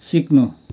सिक्नु